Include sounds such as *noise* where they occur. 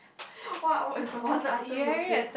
*laughs* what would the most item you'll save